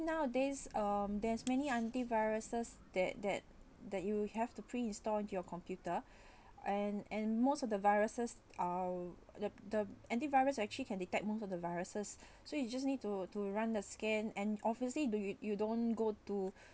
nowadays um there's many anti viruses that that that you have to pre-install your computer and and most of the viruses are the the anti-virus actually can detect most of the viruses so you just need to to run the scan and obviously you you you don't go to